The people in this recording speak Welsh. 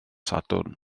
sadwrn